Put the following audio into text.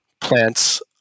plants